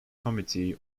committee